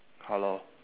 hello